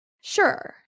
sure